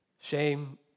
Shame